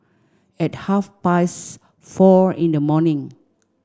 at half past four in the morning